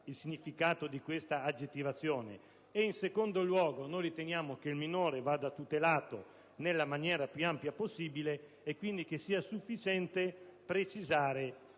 il significato di detta aggettivazione. In secondo luogo, riteniamo che il minore vada tutelato nella maniera più ampia possibile e, quindi, che sia sufficiente precisare